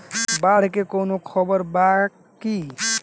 बाढ़ के कवनों खबर बा की?